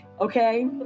Okay